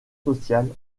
sociales